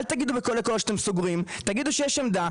תראו שחודש,